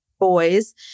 boys